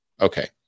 Okay